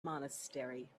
monastery